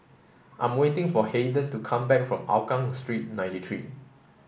I am waiting for Haiden to come back from Hougang Street ninety three